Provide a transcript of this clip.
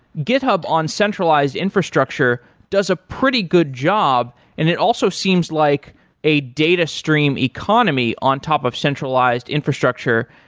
github on centralized infrastructure does a pretty good job and it also seems like a data stream economy on top of centralized infrastructure.